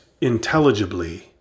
intelligibly